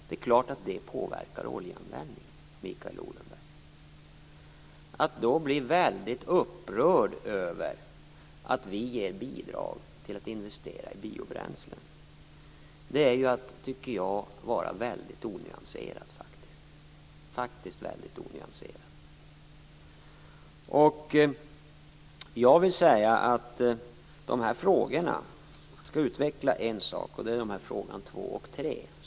Det är klart att det påverkar användningen av olja, Mikael Odenberg. Att då bli väldigt upprörd över att vi ger bidrag till att investera i biobränslen är att vara väldigt onyanserad. Jag skall utveckla en sak som framgår i frågorna 2 och 3.